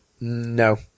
no